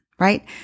right